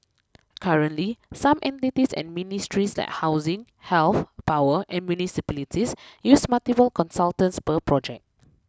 currently some entities and ministries like housing health power and municipalities use multiple consultants per project